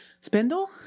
spindle